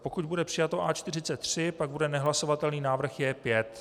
Pokud bude přijato A43, pak bude nehlasovatelný návrh J5.